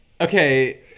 Okay